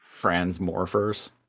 Transmorphers